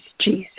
Jesus